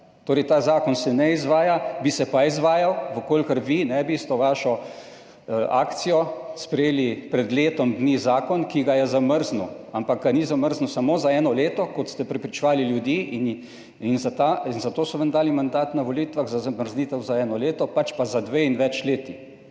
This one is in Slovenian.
Torej, ta zakon se ne izvaja, bi se pa izvajal, v kolikor vi ne bi s to svojo akcijo sprejeli pred letom dni zakona, ki ga je zamrznil. Ampak ga ni zamrznil samo za eno leto, kot ste prepričevali ljudi, in za to so vam dali mandat na volitvah, za zamrznitev za eno leto, pač pa za dve in več let.